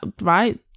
right